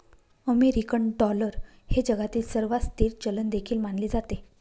American dollar हे जगातील सर्वात स्थिर चलन देखील मानले जाते